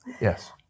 Yes